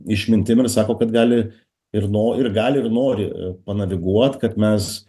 išmintim ir sako kad gali ir no ir gali ir nori panaviguot kad mes